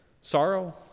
Sorrow